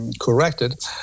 corrected